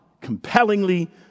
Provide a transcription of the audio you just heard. compellingly